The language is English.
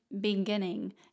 beginning